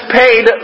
paid